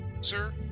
Sir